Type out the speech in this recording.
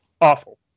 awful